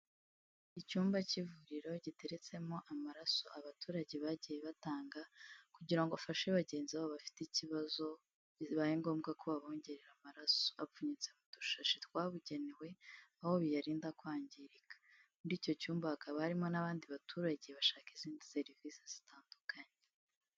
Icyumba cy'ivuriro giteretsemo amaraso abaturage bagiye batanga kugira ngo bafashe bagenzi babo bafite ikibazo, bibaye ngombwa ko babongerera amaraso. Apfunyitse mu dushashi twabugenewe aho biyarinda kwangirika. Muri icyo cyumba hakaba harimo n'abandi baturage bashaka izindi serivisi zitandukanye.